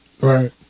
Right